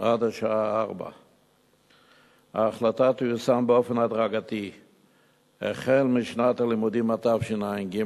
עד השעה 16:00. ההחלטה תיושם באופן הדרגתי החל משנת הלימודים התשע"ג,